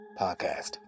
Podcast